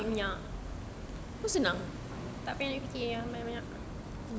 duit minyak tak payah nak fikir yang banyak-banyak